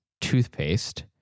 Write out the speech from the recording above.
toothpaste